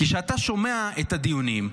כשאתה שומע את הדיונים,